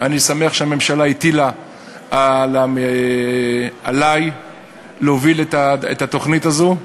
אני שמח שהממשלה הטילה עלי להוביל את התוכנית הזו,